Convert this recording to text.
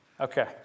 Okay